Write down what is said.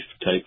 type